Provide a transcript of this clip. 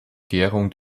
gärung